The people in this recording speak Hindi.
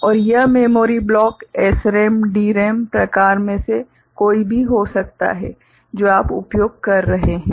और यह मेमोरी ब्लॉक SRAM DRAM प्रकार में से कोई भी हो सकता है जो आप उपयोग कर रहे हैं